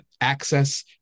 access